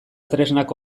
tresnak